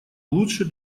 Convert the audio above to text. лучше